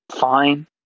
fine